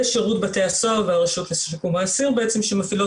ושירות בתי הסוהר והרשות לשיקום האסיר שמפעילות